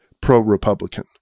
pro-Republican